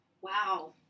Wow